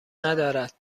ندارد